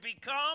become